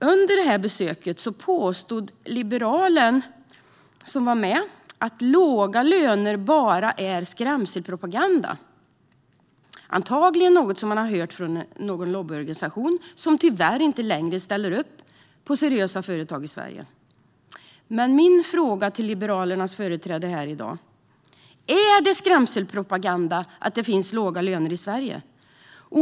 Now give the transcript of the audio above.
Under detta besök påstod liberalen som var med att låga löner bara är skrämselpropaganda. Det var antagligen någonting som man har hört från någon lobbyorganisation som tyvärr inte längre ställer upp på seriösa företag i Sverige. Min fråga till Liberalernas företrädare här i dag är: Är det skrämselpropaganda att det finns låga löner i Sverige?